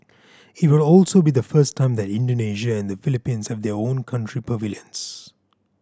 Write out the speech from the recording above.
it will also be the first time that Indonesia and the Philippines have their own country pavilions